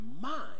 mind